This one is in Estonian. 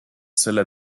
selle